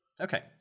Okay